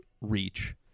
reach